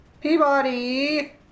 Peabody